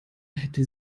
hätte